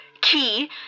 key